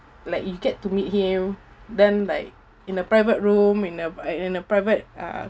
like you get to meet him then like in a private room in a in a private uh